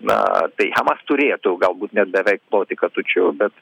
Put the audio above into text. na tai hamas turėtų galbūt net beveik ploti katučių bet